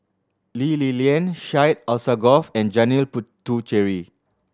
Lee Li Lian Syed Alsagoff and Janil Puthucheary